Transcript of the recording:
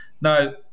Now